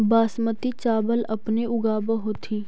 बासमती चाबल अपने ऊगाब होथिं?